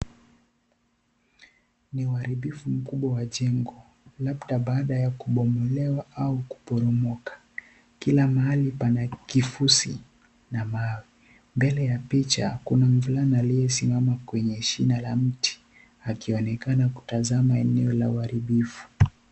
Ni haribifu mkubwa wa jengo labda baada ya kubomolewa au kuporomoka, kila mahali pana kifosi na mawe, mbele ya picha kuna mvulana aliyesimama kwenye shina la mti akionekana kutazama eneo la uharibifu.